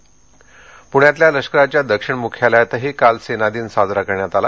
पणे लष्कर पूण्यातल्या लष्कराच्या दक्षिण मुख्यालयातही काल सेनादिन साजरा करण्यात आला